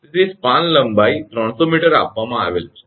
તેથી સ્પાન લંબાઈ 300 𝑚 આપવામાં આવેલ છે